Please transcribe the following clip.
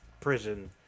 prison